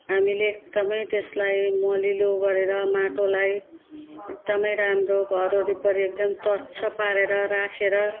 हामीले एकदमै त्यसलाई मलिलो गरेर माटोलाई एकदमै राम्रो घर वरिपरि एकदम स्वच्छ पारेर राखेर